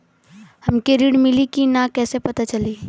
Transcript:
हमके ऋण मिली कि ना कैसे पता चली?